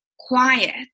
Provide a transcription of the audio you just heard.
quiet